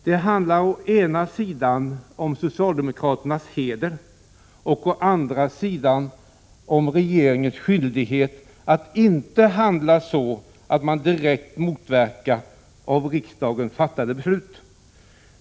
Det handlar å ena sidan om socialdemokraternas heder och å andra sidan om regeringens skyldighet att inte handla så att man direkt motverkar av riksdagen fattade beslut.